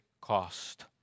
cost